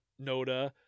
Noda